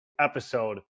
episode